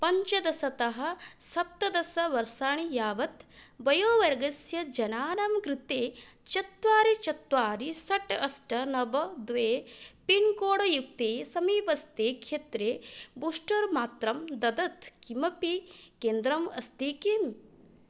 पञ्चदशतः सप्तदशवर्षाणि यावत् वयोवर्गस्य जनानां कृते चत्वारि चत्वारि षट् अष्ट नव द्वे पिन्कोड् युक्ते समीपस्थे क्षेत्रे बूस्टर् मात्रां ददत् किमपि केन्द्रम् अस्ति किम्